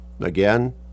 again